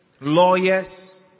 lawyers